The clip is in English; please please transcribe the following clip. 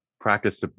practice